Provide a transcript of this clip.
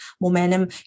momentum